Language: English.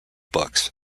books